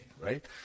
right